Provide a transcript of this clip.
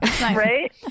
right